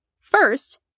First